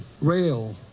rail